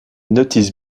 notices